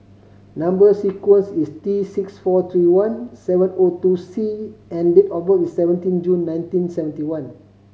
number sequence is T six four three one seven O two C and date of birth is seventeen June nineteen seventy one